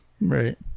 right